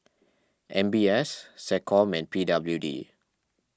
M B S SecCom and P W D